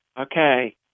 Okay